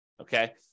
okay